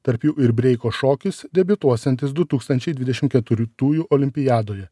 tarp jų ir breiko šokis debiutuosiantis du tūkstančiau dvidešimt keturių tujų olimpiadoje